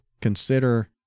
consider